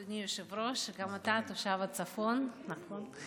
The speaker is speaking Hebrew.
אדוני היושב-ראש, גם אתה תושב הצפון, נכון?